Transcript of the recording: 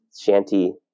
shanty